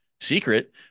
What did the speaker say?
secret